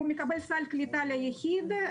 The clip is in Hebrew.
הוא מקבל סל קליטה ליחיד.